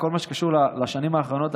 בכל מה שקשור לשנים האחרונות,